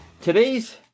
Today's